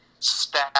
staff